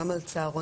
גם על צהרונים.